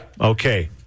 Okay